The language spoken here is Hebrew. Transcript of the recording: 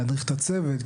להדריך את הצוות,